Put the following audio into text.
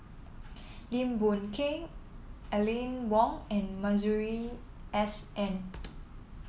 Lim Boon Keng Aline Wong and Masuri S N